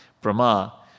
Brahma